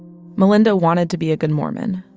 melynda wanted to be a good mormon.